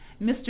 Mr